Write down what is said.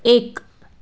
एक